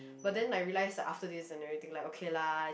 but then I realize after this and everything like okay lah